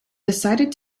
decided